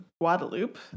Guadeloupe